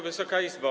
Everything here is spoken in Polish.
Wysoka Izbo!